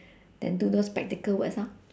then do those practical works lor